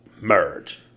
merge